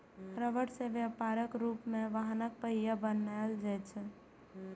रबड़ सं व्यापक रूप सं वाहनक पहिया बनाएल जाइ छै